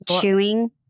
chewing